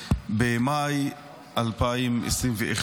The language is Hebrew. במאי 2021,